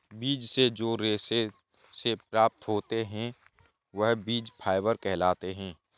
बीज से जो रेशे से प्राप्त होते हैं वह बीज फाइबर कहलाते हैं